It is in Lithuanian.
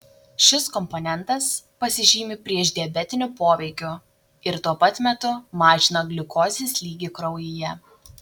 šis komponentas pasižymi priešdiabetiniu poveikiu ir tuo pat metu mažina gliukozės lygį kraujyje